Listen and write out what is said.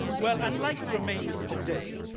well, unlike remainers today,